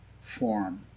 form